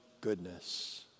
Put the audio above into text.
goodness